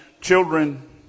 children